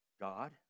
God